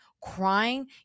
crying